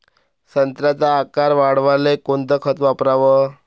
संत्र्याचा आकार वाढवाले कोणतं खत वापराव?